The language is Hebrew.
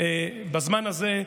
בזמן הזה,